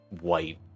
white